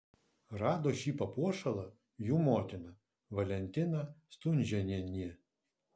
rado šį papuošalą jų motina valentina stunžėnienė